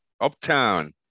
uptown